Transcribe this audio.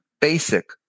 basic